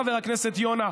חבר הכנסת יונה,